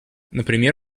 например